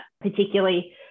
particularly